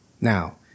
Now